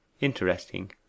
interesting